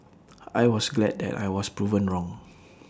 I was glad that I was proven wrong